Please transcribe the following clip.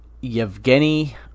Yevgeny